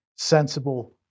sensible